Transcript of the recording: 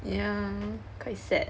yeah quite sad